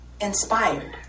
inspired